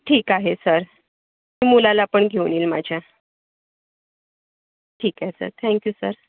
ठीक आहे सर मुलाला पण घेऊन येईन माझ्या ठीक आहे सर थँक यू सर